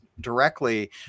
directly